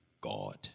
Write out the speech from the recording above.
God